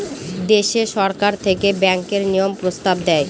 দেশে সরকার থেকে ব্যাঙ্কের নিয়ম প্রস্তাব দেয়